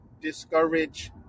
discourage